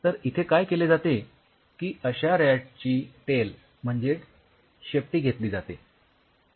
तर इथे काय केले जाते की अश्या रॅटची टेल म्हणजेच शेपटी घेतली जाते